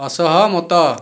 ଅସହମତ